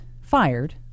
fired